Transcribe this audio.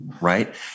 right